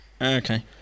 Okay